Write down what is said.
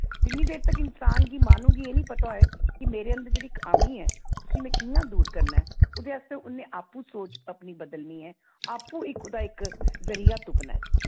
जिन्नी देर तक इंसान गी माह्नू गी एह् निं पता होऐ कि मेरे अंदर जेह्ड़ी खामी ऐ उस्सी में कि'यां दूर करना ऐ ओह्दे आस्तै उ'न्नै आपू सोच अपनी बदलनी ऐ आपू इक ओह्दा इक जरिया तुप्पना ऐ